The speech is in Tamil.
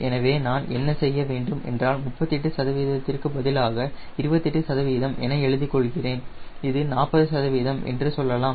எனவே நான் என்ன செய்ய வேண்டும் என்றால் 38 சதவிகிதத்திற்கு பதிலாக 25 சதவிகிதம் என எழுதிக் கொள்கிறேன் இது 40 சதவிகிதம் என்று சொல்லலாம்